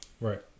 Right